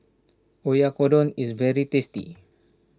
Oyakodon is very tasty